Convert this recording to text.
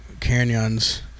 canyons